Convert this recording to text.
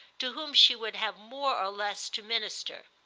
to whom she would have more or less to minister.